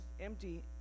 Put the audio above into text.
empty